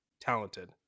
talented